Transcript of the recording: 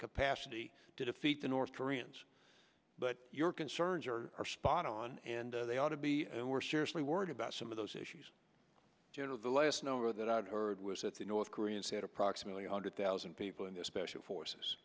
capacity to defeat the north koreans but your concerns are spot on and they ought to be and we're seriously worried about some of those issues you know the last number that i heard was that the north koreans had approximately one hundred thousand people in the special forces